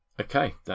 Okay